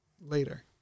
later